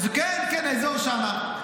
כן, כן, האזור שם.